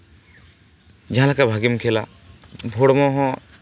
ᱡᱟᱦᱟᱸ ᱞᱮᱠᱟ ᱵᱷᱟᱜᱮᱢ ᱠᱷᱮᱞᱟ ᱦᱚᱲᱢᱚ ᱦᱚᱸ